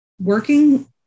working